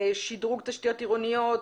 שדרוג תשתיות עירוניות,